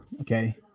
Okay